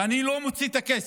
ואני לא מוצא את הכסף.